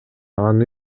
аны